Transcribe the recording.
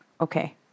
okay